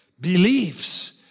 beliefs